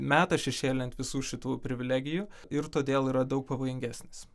meta šešėlį ant visų šitų privilegijų ir todėl yra daug pavojingesnis